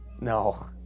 No